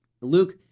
Luke